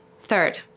Third